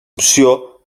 opció